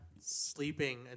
sleeping